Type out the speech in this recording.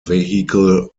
vehicle